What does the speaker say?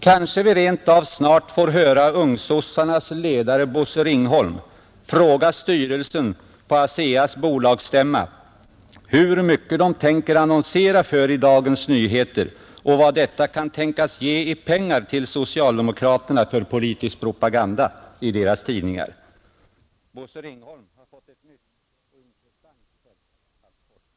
Kanske vi rent av snart får höra ungsossarnas ledare Bosse Ringholm fråga styrelsen på ASEA:s bolagsstämma hur mycket man tänker annonsera för i Dagens Nyheter och vad detta kan tänkas ge i pengar till socialdemokraterna för politisk propaganda i deras tidningar. Bosse Ringholm har fått ett nytt och intressant fält att forska i. Hur orena har inte dessa pengar ansetts vara, när de frivilligt och villkorslöst lämnats till borgerliga partier!